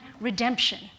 redemption